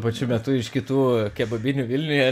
pačiu metu iš kitų kebabinių vilniuje